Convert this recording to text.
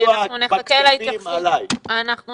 אם תרצי סיוע בכספים, עלי.